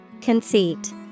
Conceit